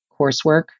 coursework